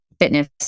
fitness